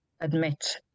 admit